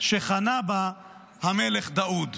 שחנה בה המלך דאוד.